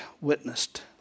witnessed